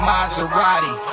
Maserati